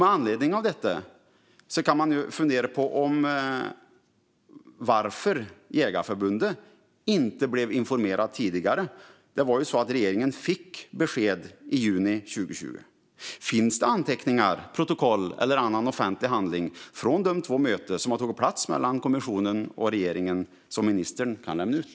Med anledning av detta kan man fundera på varför Jägareförbundet inte blev informerat tidigare. Det var ju så att regeringen fick besked i juni 2020. Finns det anteckningar, protokoll eller annan offentlig handling från de två möten som skett mellan kommissionen och regeringen som ministern kan lämna ut?